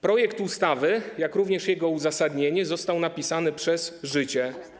Projekt ustawy, jak również jego uzasadnienie, został napisany przez życie.